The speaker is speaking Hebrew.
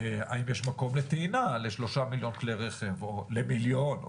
האם יש מקום לטעינה ל-3 מיליון כלי רכב או למיליון,